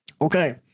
Okay